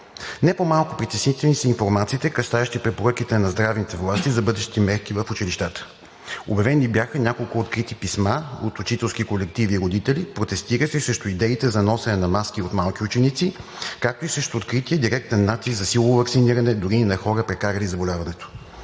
Не по-малко притеснителни са информациите, касаещи препоръките на здравните власти за бъдещи мерки в училищата. Обявени бяха няколко открити писма от учителски колективи и родители, протестиращи срещу идеите за носене на маски от малки ученици, както и срещу открития директен натиск за силово ваксиниране дори на хора, прекарали заболяването.